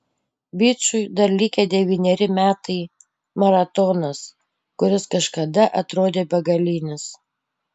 bičui dar likę devyneri metai maratonas kuris kažkada atrodė begalinis